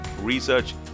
research